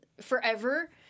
forever